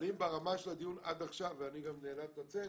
אבל ברמה של הדיון עד עכשיו ואני גם נאלץ לצאת